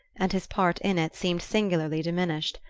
and his part in it seemed singularly diminished.